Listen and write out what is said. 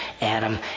Adam